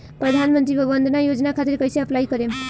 प्रधानमंत्री वय वन्द ना योजना खातिर कइसे अप्लाई करेम?